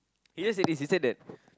he just said this he said that